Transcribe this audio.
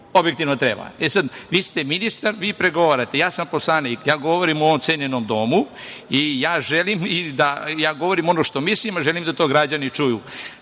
objektivno treba. Vi ste ministar i vi pregovarate. Ja sam poslanik i ja govorim u ovom cenjenom Domu i govorim ono što mislim i želim da to građani čuju.